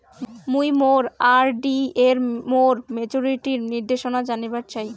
মুই মোর আর.ডি এর মোর মেচুরিটির নির্দেশনা জানিবার চাই